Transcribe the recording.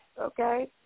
okay